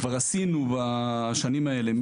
כבר עשינו בשנים האלה,